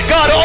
God